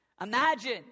imagine